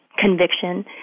conviction